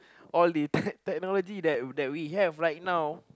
all the tech technology that we have right now